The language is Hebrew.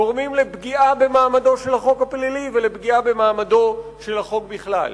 גורמים לפגיעה במעמדו של החוק הפלילי ולפגיעה במעמדו של החוק בכלל.